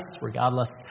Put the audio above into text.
regardless